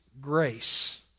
grace